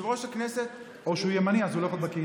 יושב-ראש הכנסת, או שהוא ימני, אז הוא לא בקהילה.